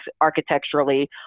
architecturally